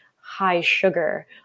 high-sugar